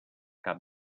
cap